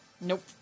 Nope